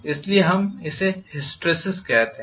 इसलिए हम इसे हिस्टैरिसीस कहते हैं